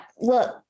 Look